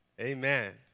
Amen